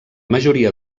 majoria